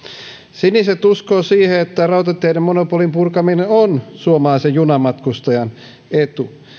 siniset uskovat siihen että rautateiden monopolin purkaminen on suomalaisen junamatkustajan etu